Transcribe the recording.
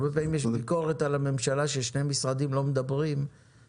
הרבה פעמים יש ביקורת על הממשלה ששני משרדים לא מדברים אחד עם השני,